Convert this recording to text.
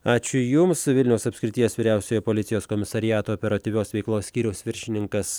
ačiū jums vilniaus apskrities vyriausiojo policijos komisariato operatyvios veiklos skyriaus viršininkas